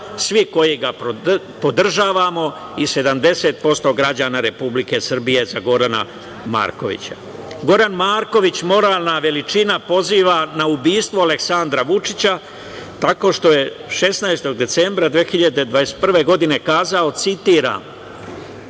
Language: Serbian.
svi koji ga podržavamo i 70% građana Republike Srbije za Gorana Markovića. Goran Marković, moralna veličina poziva na ubistvo Aleksandra Vučića tako što je 16. decembra 2021. godine kazao, citiram